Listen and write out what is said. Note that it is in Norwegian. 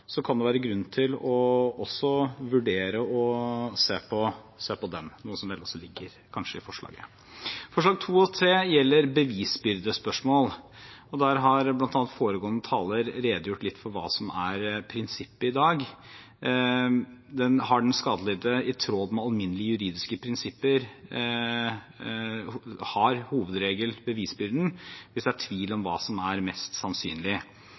å vurdere å se på den, noe som vel ligger i forslaget. Forslagene 2 og 3 gjelder bevisbyrdespørsmål. Der har bl.a. foregående taler redegjort litt for hva som er prinsippet i dag. Den skadelidte har i tråd med alminnelige juridiske prinsipper som hovedregel bevisbyrden hvis det er tvil om hva som er mest sannsynlig.